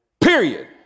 Period